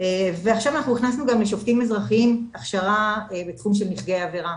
ועכשיו אנחנו הכנסנו גם לשופטים אזרחיים הכשרה בתחום של נפגעי עבירה,